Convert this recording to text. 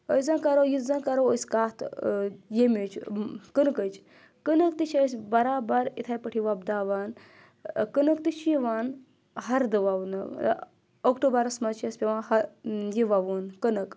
أسۍ زَن کَرو یُس زَن کَرو أسۍ کَتھ ییٚمِچ کٕنکٕچ کٕنک تہِ چھِ أسۍ بَرابَر اِتھَے پٲٹھۍ وۄپداوان کٕنک تہِ چھِ یِوان ہردٕ وَونہٕ اکٹوٗبَرَس منٛز چھِ أسۍ پیٚوان ہر یہِ وَوُن کٕنٕک